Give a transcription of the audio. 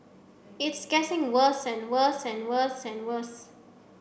it's getting worse and worse and worse and worse